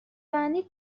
بندی